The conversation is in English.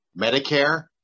Medicare